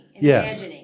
Yes